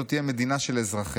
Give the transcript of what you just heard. זו תהיה מדינה של אזרחיה,